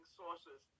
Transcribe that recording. sources